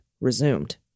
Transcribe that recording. resumed